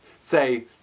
Say